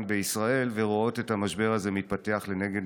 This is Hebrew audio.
בישראל ורואים את המשבר הזה מתפתח לנגד